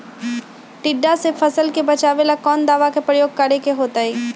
टिड्डा से फसल के बचावेला कौन दावा के प्रयोग करके होतै?